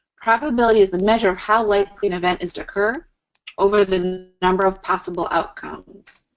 probability is the measure of how likely an event is to occur over the number of possible outcomes.